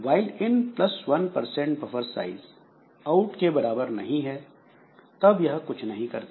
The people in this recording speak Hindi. व्हायल in plus one percent buffer size out के बराबर नहीं है तब यह कुछ नहीं करता